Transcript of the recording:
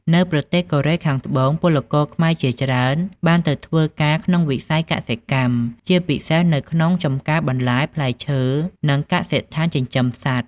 នៅប្រទេសកូរ៉េខាងត្បូងពលករខ្មែរជាច្រើនបានទៅធ្វើការក្នុងវិស័យកសិកម្ម ជាពិសេសនៅក្នុងចំការបន្លែ ផ្លែឈើ និងកសិដ្ឋានចិញ្ចឹមសត្វ ។